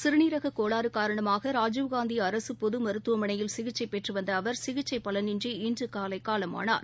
சிறுநீரக கோளாறு காரணமாக ராஜீவ் காந்தி அரசு பொது மருத்துவமனையில் சிகிச்சை பெற்று வந்த அவர் சிகிச்சை பலனின்றி இன்று காலை பத்து மணி அளவில் காலமானார்